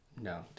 No